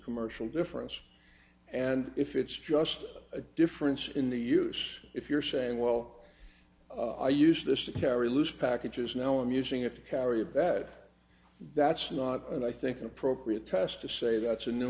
commercial difference and if it's just a difference in the use if you're saying well i use this to carry loose packages now i'm using it to carry a bet that's not i think an appropriate test to say that's a new